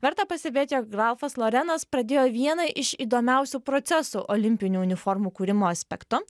verta pastebėti jog ralfas lorenas pradėjo vieną iš įdomiausių procesų olimpinių uniformų kūrimo aspektu